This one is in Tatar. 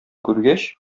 күргәч